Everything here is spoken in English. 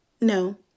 No